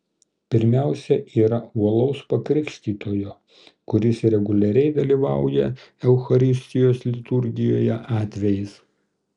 pirmiausia yra uolaus pakrikštytojo kuris reguliariai dalyvauja eucharistijos liturgijoje atvejis